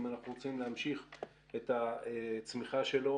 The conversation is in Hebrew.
אם אנחנו הולכים להמשיך את הצמיחה שלו